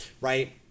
right